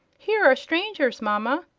here are strangers, mama!